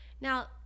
Now